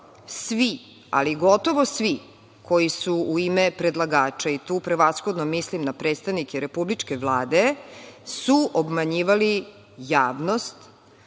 svi, ali gotovo svi koji su u ime predlagača, i tu prevashodno mislim na predstavnike Republičke vlade, su obmanjivali javnost,